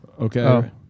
Okay